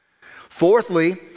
Fourthly